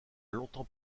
longtemps